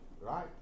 Right